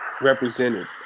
represented